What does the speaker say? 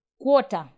Quarter